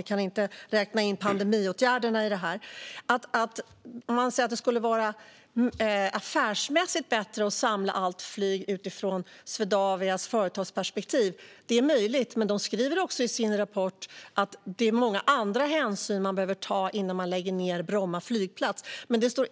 Vi kan inte räkna in pandemiåtgärderna i det här. Man säger att det utifrån Swedavias företagsperspektiv skulle vara affärsmässigt bättre att samla allt flyg. Det är möjligt att det är så, men de skriver också i sin rapport att det är många andra hänsyn man behöver ta innan man lägger ned Bromma flygplats.